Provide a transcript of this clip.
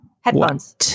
Headphones